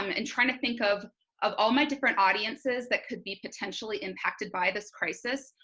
um and trying to think of of all my different audiences that could be potentially impacted by this crisis,